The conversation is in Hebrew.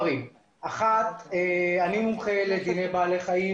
ראשית, אני מומחה לדיני בעלי חיים.